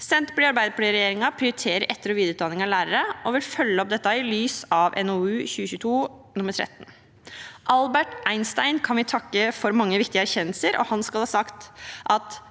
Senterparti–Arbeiderparti-regjeringen prioriterer etter- og videreutdanning av lærere og vil følge opp dette i lys av NOU 2022: 13. Albert Einstein kan vi takke for mange viktige erkjennelser, og han skal ha sagt at